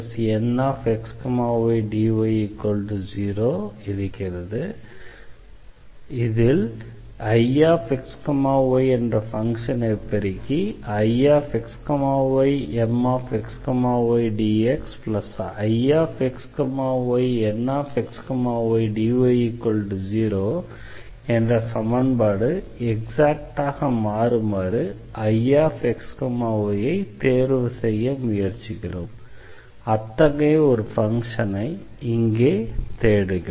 MxydxNxydy0 என்பதில் Ixy என்ற ஃபங்ஷனை பெருக்கி IxyMxydxIxyNxydy0 என்ற சமன்பாடு எக்ஸாக்டாக மாறுமாறு Ixy ஐத் தேர்வுசெய்ய முயற்சிக்கிறோம் அத்தகைய ஒரு ஃபங்ஷனை இங்கே தேடுகிறோம்